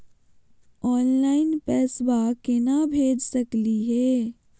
Online पैसवा केना भेज सकली हे?